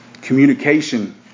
Communication